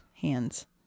hands